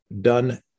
done